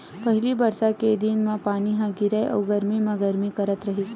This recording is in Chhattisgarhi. पहिली बरसा के दिन म पानी ह गिरय अउ गरमी म गरमी करथ रहिस